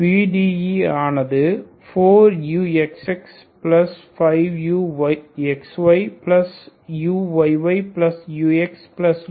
PDE ஆனது 4uxx5uxyuyyuxuy2 ஆகும்